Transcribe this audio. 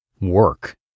Work